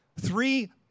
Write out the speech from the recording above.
Three